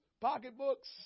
pocketbooks